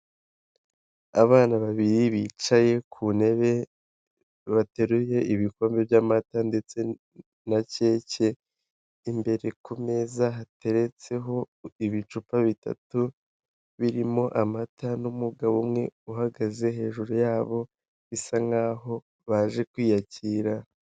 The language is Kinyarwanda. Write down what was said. Abana babiri bicaye ku ntebe, bateruye ibikombe by'amata ndetse na keke. Imbere ku meza hateretseho ibicupa bitatu birimo amata n'umugabo umwe uhagaze hejuru yabo bisa nk'aho baje kwiyakira.